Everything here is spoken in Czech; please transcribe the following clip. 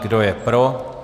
Kdo je pro?